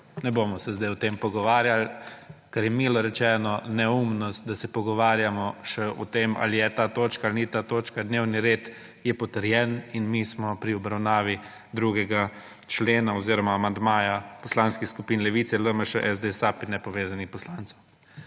ne bomo sedaj o tem pogovarjali, ker je milo rečeno neumnost, da se pogovarjamo še o tem ali je ta točka ali ni ta točka. Dnevni red je potrjen in mi smo pri obravnavi 2. člena oziroma amandmaja Poslanskih skupin Levice, LMŠ, SAB in Nepovezanih poslancev.